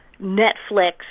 Netflix